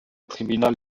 tribunal